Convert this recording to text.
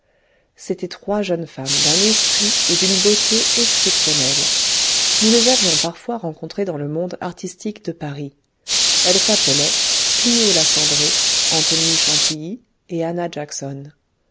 c'étaient trois jeunes femmes d'un esprit et d'une beauté exceptionnels nous les avions parfois rencontrées dans le monde artistique de paris elles s'appelaient clio la cendrée antonie chantilly et annah jackson